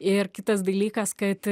ir kitas dalykas kad